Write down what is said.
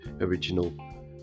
original